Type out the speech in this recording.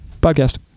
podcast